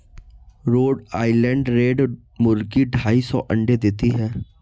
road Island red मुर्गी ढाई सौ अंडे देती है